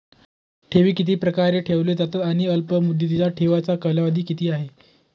ठेवी किती प्रकारे ठेवल्या जातात आणि अल्पमुदतीच्या ठेवीचा कालावधी किती आहे?